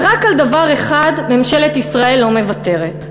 ורק על דבר אחד ממשלת ישראל לא מוותרת,